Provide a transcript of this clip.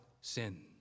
sin